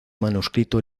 manuscrito